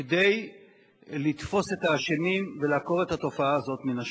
כדי לתפוס את האשמים ולעקור את התופעה הזאת מן השורש.